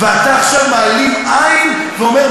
ואתה עכשיו מעלים עין ואומר,